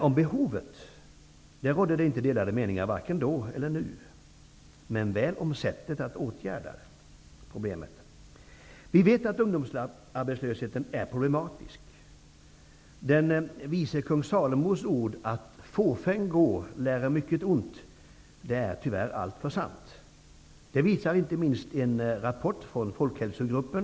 Om behovet har det inte rått några delade meningar vare sig då eller nu, men väl om sättet att åtgärda problemet. Vi vet att ungdomsarbetslösheten är problematisk. Vad den vise kung Salomo sagt -- att fåfäng gå lärer mycket ont -- är tyvärr alltför sant. Det visar inte minst en rapport från Folkhälsogruppen.